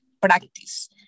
practice